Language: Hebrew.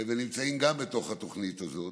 וגם הם נמצאים בתוכנית הזאת.